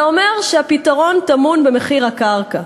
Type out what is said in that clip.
זה אומר שהפתרון טמון במחיר הקרקע,